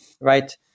right